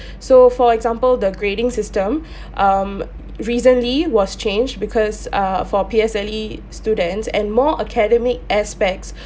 so for example the grading system um recently was changed because uh for P_S_L_E students and more academic aspects